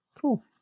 Cool